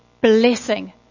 blessing